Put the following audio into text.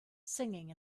singing